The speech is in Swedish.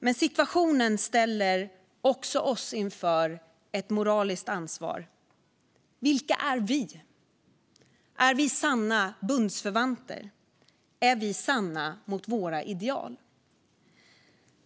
Men situationen ställer också oss inför ett moraliskt ansvar. Vilka är vi? Är vi sanna bundsförvanter? Är vi sanna mot våra ideal?